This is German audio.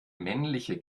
männliche